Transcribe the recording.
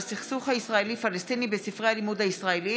בנושא: היעדר נציגים חרדים או ערבים בוועדה המייעצת לעניינים פדגוגים,